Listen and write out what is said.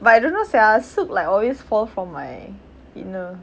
but I don't know sia silk like always fall from my inner